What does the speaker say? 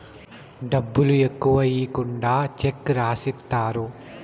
డబ్బులు ఎక్కువ ఈకుండా చెక్ రాసిత్తారు